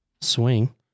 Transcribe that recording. swing